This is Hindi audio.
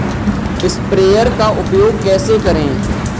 स्प्रेयर का उपयोग कैसे करें?